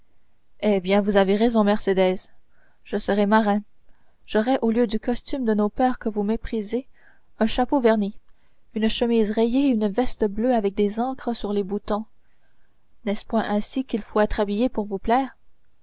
eh bien vous avez raison mercédès je serai marin j'aurai au lieu du costume de nos pères que vous méprisez un chapeau verni une chemise rayée et une veste bleue avec des ancres sur les boutons n'est-ce point ainsi qu'il faut être habillé pour vous plaire